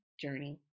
journey